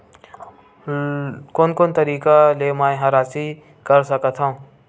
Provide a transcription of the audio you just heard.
कोन कोन तरीका ले मै ह राशि कर सकथव?